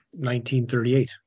1938